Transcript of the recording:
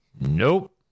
Nope